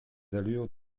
allures